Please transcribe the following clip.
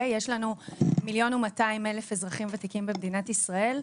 יש לנו 1,200,000 אזרחים ותיקים במדינת ישראל,